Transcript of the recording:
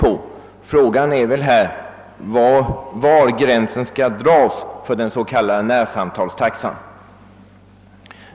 Frågan är väl var gränsen skall dras för den s.k. närsamtalstaxan.